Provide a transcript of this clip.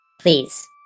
Please